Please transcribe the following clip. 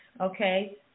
okay